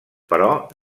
però